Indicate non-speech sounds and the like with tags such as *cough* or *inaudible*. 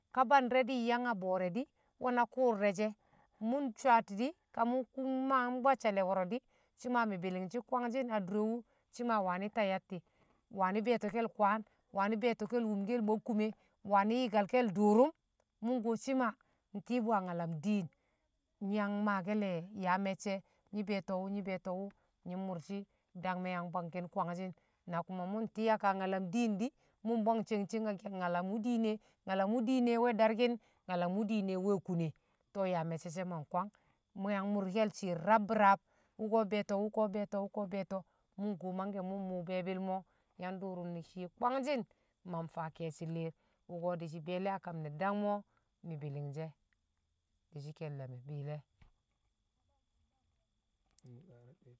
ka bandi̱re̱ di̱ yang a bo̱o̱re̱ di̱ nwe̱ na kṵṵr re̱ she̱ mṵ swati̱ di̱ ka mṵ *hesitation* mmaa bwaccale̱ wo̱ro̱ di̱ shima mi̱ bi̱li̱ng shi̱ kwangshi̱n a dure wṵ shima wami̱ ta yatti̱, waani̱ be̱e̱to̱ke̱l kwan, waani̱ be̱e̱to̱ke̱l wumokel ne bokkume, wani̱ yi̱karke̱l dṵṵrṵm mṵ nkuwo shi ma ntiibṵ a nyalam diin nyi̱ maake̱ le̱ yaa me̱cce̱ nyi be̱e̱to̱ wṵ nyi̱ bṵyo̱to̱ mṵ nyi̱ mmurshi dangme̱ yang bwang ki̱n kwanjin na kuma mṵ nti̱ akaa nyalam diin di̱ mṵ mbwang ceng ceng a nyalam wṵ diine, nyalam wṵ diine we̱ darki̱n nyalam wṵ diine we̱ kune to yaa mecce she̱ ma nkwang mṵ yang mṵrke̱l shi̱i̱r rab braab wṵko̱ be̱e̱to̱ wṵko̱ be̱e̱to̱ mṵ mkumo mangke mṵ muu be̱e̱bi̱l mo̱ yang dṵṵrṵm ne̱ shiye wangshi̱n ma faa ke̱e̱shi̱ li̱r wṵko̱ di̱shi̱ be̱e̱le̱ akam ne̱ dangme̱ o̱ mi̱ bi̱li̱ng shi̱ e̱ di̱shi̱ ke̱lle̱ me̱ bi̱i̱lle̱ *noise*